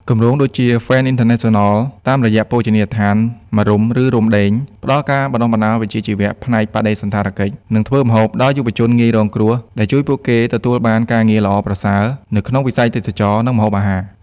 គម្រោងដូចជាហ្វេនស៍ អុីនធឺណេសិនណល តាមរយៈភោជនីយដ្ឋានមារុំឬរុំដេង ផ្តល់ការបណ្តុះបណ្តាលវិជ្ជាជីវៈផ្នែកបដិសណ្ឋារកិច្ច និងធ្វើម្ហូបដល់យុវជនងាយរងគ្រោះ ដែលជួយពួកគេទទួលបានការងារល្អប្រសើរ នៅក្នុងវិស័យទេសចរណ៍ និងម្ហូបអាហារ។